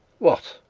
what,